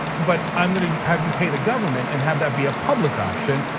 but i'm gonna have you pay the government and have that be a public option.